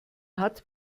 hat